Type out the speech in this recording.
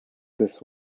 this